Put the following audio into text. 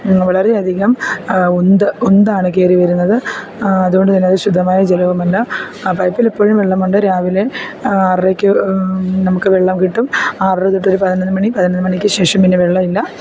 വളരെയധികം ഉന്ത് ഉന്താണ് കയറി വരുന്നത് അതുകൊണ്ട് തന്നെ അത് ശുദ്ധമായ ജലവുമല്ല ആ പൈപ്പിലെപ്പഴും വെള്ളമുണ്ട് രാവിലേയും ആറരക്ക് നമുക്ക് വെള്ളം കിട്ടും ആറര തൊട്ടൊരു പതിനൊന്ന് മണി പതിനൊന്ന് മണിക്ക് ശേഷം പിന്നെ വെള്ളവില്ല